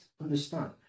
understand